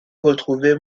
retrouvé